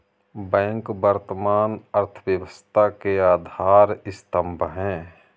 bank वर्तमान अर्थव्यवस्था के आधार स्तंभ है